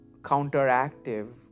counteractive